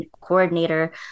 coordinator